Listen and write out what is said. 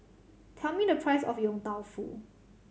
tell me the price of Yong Tau Foo